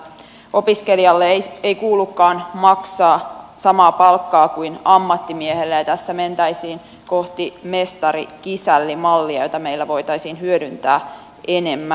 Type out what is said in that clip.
opiskelijalle ei kuulukaan maksaa samaa palkkaa kuin ammattimiehelle ja tässä mentäisiin kohti mestarikisälli mallia jota meillä voitaisiin hyödyntää enemmän